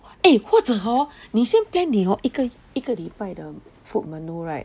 eh 或者 hor 你先 plan 你一个一个礼拜的 food menu right